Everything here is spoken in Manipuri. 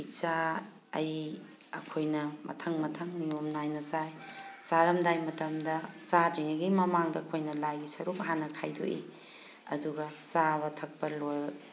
ꯏꯆꯥ ꯑꯩ ꯑꯩꯈꯣꯏꯅ ꯃꯊꯪ ꯃꯊꯪ ꯅꯤꯌꯣꯝ ꯅꯥꯏꯅ ꯆꯥꯏ ꯆꯥꯔꯝꯗꯥꯏ ꯃꯇꯝꯗ ꯆꯥꯗ꯭ꯔꯤꯉꯩꯒꯤ ꯃꯃꯥꯡꯗ ꯑꯩꯈꯣꯏꯅ ꯂꯥꯏꯒꯤ ꯁꯔꯨꯛ ꯍꯥꯟꯅ ꯈꯥꯏꯗꯣꯛꯏ ꯑꯗꯨꯒ ꯆꯥꯕ ꯊꯛꯄ ꯂꯣꯏ